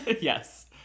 yes